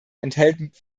erhält